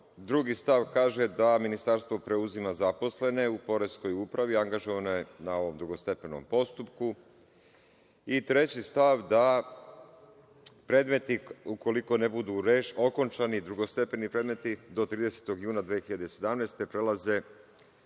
stav kaže da ministarstvo preuzima zaposlene u Poreskoj upravi angažovane na ovom drugostepenom postupku. Treći stav kaže da predmeti ukoliko ne budu okončani, drugostepeni predmeti do 30. juna 2017. godine